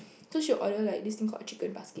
so she'll order like this thing called chicken basket